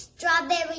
Strawberry